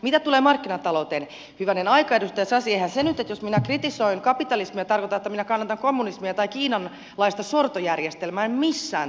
mitä tulee markkinatalouteen hyvänen aika edustaja sasi eihän se nyt jos minä kritisoin kapitalismia tarkoita että minä kannatan kommunismia tai kiinan tapaista sortojärjestelmää en missään tapauksessa